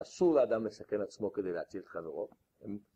אסור לאדם לסכן עצמו כדי להציל את חברו.